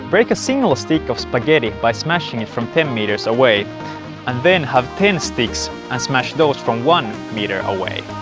break a single stick of spaghetti by smashing it from ten meters away and then have ten sticks and smash those from one meter away.